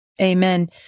Amen